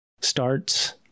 starts